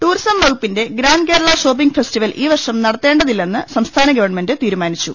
tourism വകുപ്പിന്റെ grand Kerala shopping festival ഈ വർഷം നടത്തേണ്ടതില്ലെന്ന് സംസ്ഥാന ഗവൺമെന്റ് തീരുമാനിച്ചു